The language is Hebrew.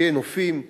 כנופים,